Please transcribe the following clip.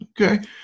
okay